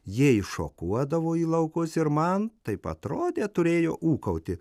jie iššokuodavo į laukus ir man taip atrodė turėjo ūkauti